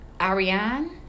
Ariane